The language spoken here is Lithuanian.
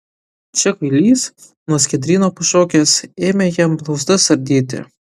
čia kuilys nuo skiedryno pašokęs ėmė jam blauzdas ardyti